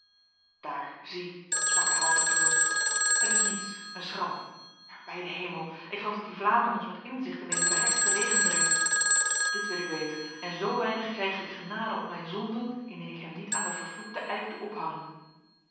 daar zie sprak hij half getroost het is niets een schram maar bij de hemel ik geloof dat die vlaming ons met inzicht in deze behekste wegen brengt dit wil ik weten en zo weinig krijge ik genade om mijn zonden indien ik hem niet aan de vervloekte eik doe ophangen